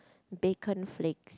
bacon flake